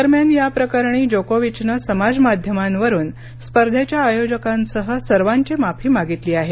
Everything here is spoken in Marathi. दरम्यान या प्रकरणी जोकोविचनं समाजमाध्यमांवरुन स्पर्धेच्या आयोजकांसह सर्वांची माफी मागितली आहे